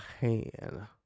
hand